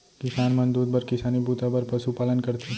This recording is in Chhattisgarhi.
किसान मन दूद बर किसानी बूता बर पसु पालन करथे